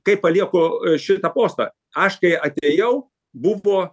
kaip palieku šitą postą aš kai atėjau buvo